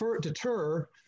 deter